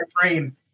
frame